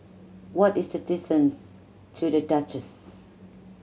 what is the distance to The Duchess